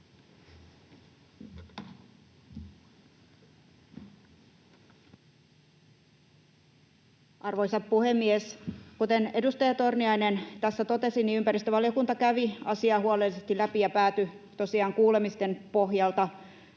Arvoisa puhemies! Kuten edustaja Torniainen tässä totesi, ympäristövaliokunta kävi asiaa huolellisesti läpi ja päätyi tosiaan kuulemisten pohjalta